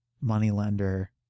moneylender